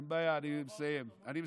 אין בעיה, אני מסיים.